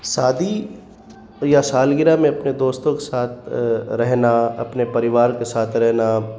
شادی یا سالگرہ میں اپنے دوستوں کے ساتھ رہنا اپنے پریوار کے ساتھ رہنا